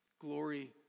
Glory